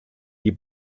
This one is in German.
die